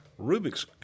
Rubik's